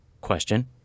question